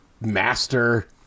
master